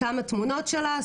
כמה תמונות שלה,